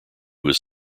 was